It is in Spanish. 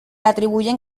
atribuyen